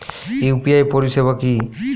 UPI পরিসেবা কি?